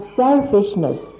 selfishness